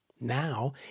Now